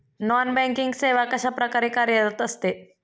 Non banking सेवा कशाप्रकारे कार्यरत असते?